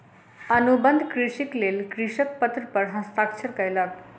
अनुबंध कृषिक लेल कृषक पत्र पर हस्ताक्षर कयलक